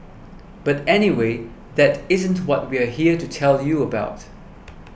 but anyway that isn't what we're here to tell you about